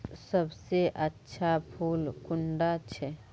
सबसे अच्छा फुल कुंडा छै?